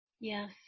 Yes